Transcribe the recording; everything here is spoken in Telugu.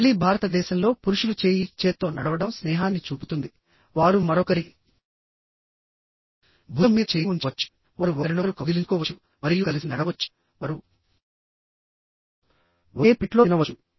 మళ్ళీ భారతదేశంలో పురుషులు చేయి చేత్తో నడవడం స్నేహాన్ని చూపుతుంది వారు మరొకరి భుజం మీద చేయి ఉంచవచ్చు వారు ఒకరినొకరు కౌగిలించుకోవచ్చు మరియు కలిసి నడవవచ్చు వారు ఒకే ప్లేట్లో తినవచ్చు